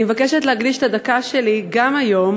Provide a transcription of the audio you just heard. אני מבקשת להקדיש את הדקה שלי גם היום